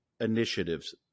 initiatives